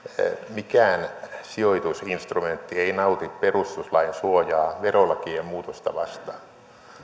mikään sijoitusinstrumentti ei nauti perustuslain suojaa verolakien muutosta